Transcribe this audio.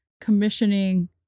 commissioning